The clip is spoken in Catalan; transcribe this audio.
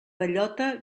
bellota